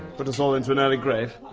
put us all into an early grave?